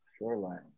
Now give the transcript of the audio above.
shoreline